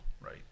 right